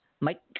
Mike